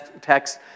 text